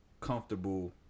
Comfortable